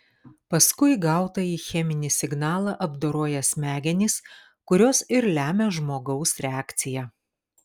paskui gautąjį cheminį signalą apdoroja smegenys kurios ir lemia žmogaus reakciją